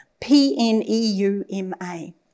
P-N-E-U-M-A